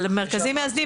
אבל מרכזים מאזנים,